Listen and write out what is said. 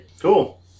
Cool